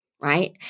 right